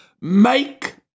make